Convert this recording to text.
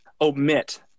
omit